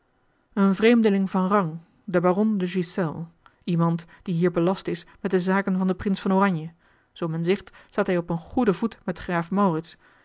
een vreemdeling van rang de baron de ghiselles iemand die hier belast is met de zaken van den prins van oranje zoo men zegt staat hij op een goeden voet met graaf